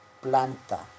Planta